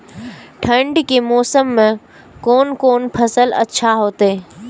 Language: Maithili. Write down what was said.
ठंड के मौसम में कोन कोन फसल अच्छा होते?